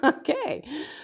Okay